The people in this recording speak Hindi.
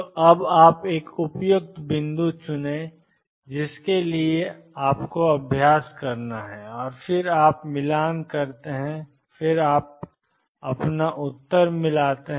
तो अब आप एक उपयुक्त बिंदु चुनें जिसके लिए आपको अभ्यास करना है और फिर आप मिलान करते हैं और फिर आपको अपना उत्तर मिलता है